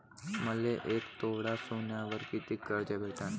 मले एक तोळा सोन्यावर कितीक कर्ज भेटन?